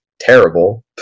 terrible